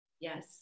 yes